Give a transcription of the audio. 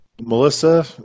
Melissa